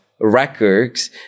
records